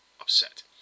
upset